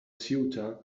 ceuta